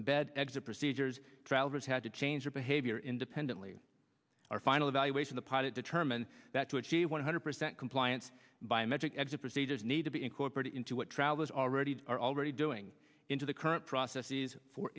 embed exit procedures travelers had to change their behavior independently our final evaluation the pilot determined that to achieve one hundred percent compliance biometric exit procedures need to be incorporated into what travelers already are already doing into the current processes for